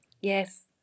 Yes